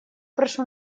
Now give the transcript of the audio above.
прошу